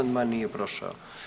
Nije prošao.